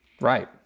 Right